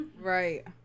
Right